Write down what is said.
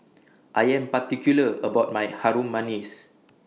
I Am particular about My Harum Manis